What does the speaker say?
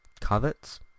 covets